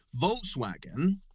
Volkswagen